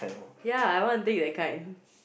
ya I want take that kind